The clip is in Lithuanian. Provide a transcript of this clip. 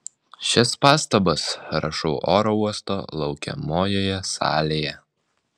šias pastabas rašau oro uosto laukiamojoje salėje